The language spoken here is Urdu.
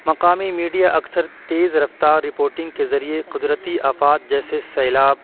مقامی میڈیا اکثر تیز رفتار رپوٹنگ کے ذریعے قدرتی آفات جیسے سیلاب